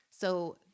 So-